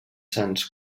sants